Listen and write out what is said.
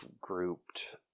grouped